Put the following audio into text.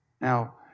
Now